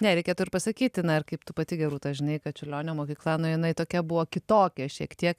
ne reikėtų ir pasakyti na ir kaip tu pati gerūta žinai kad čiurlionio mokykla nu jinai tokia buvo kitokia šiek tiek